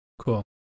cool